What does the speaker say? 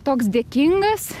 toks dėkingas